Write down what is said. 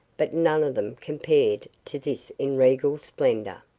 but none of them compared to this in regal splendor.